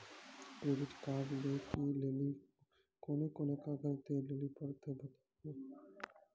Credit card लै के लेली कोने कोने कागज दे लेली पड़त बताबू?